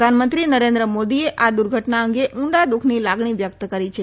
પ્રધાનમંત્રી નરેન્દ્ર મોદીએ આ દુર્ધટના અંગે ઉંડા દુઃખની લાગણી વ્યકત કરી છે